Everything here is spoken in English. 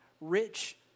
rich